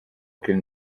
qu’elle